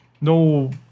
no